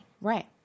right